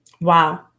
Wow